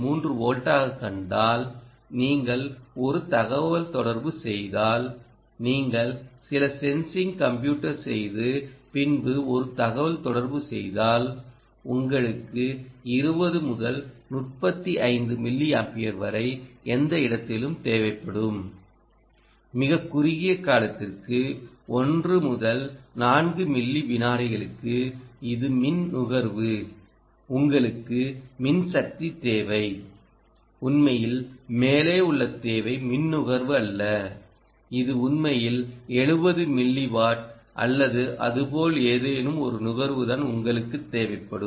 3 வோல்ட்டாகக் கண்டால் நீங்கள் ஒரு தகவல்தொடர்பு செய்தால் நீங்கள் சில சென்சிங் கம்ப்யூட் செய்து பின்னர் ஒரு தகவல்தொடர்பு செய்தால் உங்களுக்கு 20 முதல் 35 மில்லி ஆம்பியர் வரை எந்த இடத்திலும் தேவைப்படும் மிகக் குறுகிய காலத்திற்கு 1 முதல் 4 மில்லி விநாடிகளுக்கு இதுமின் நுகர்வு உங்களுக்கு மின்சக்தி தேவை உண்மையில் மேலே உள்ள தேவை மின் நுகர்வு அல்ல இது உண்மையில 70 மில்லி வாட் அல்லது அதுபோல் ஏதேனும் ஒரு நுகர்வுதான் உங்களுக்குத் தேவைப்படும்